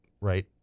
right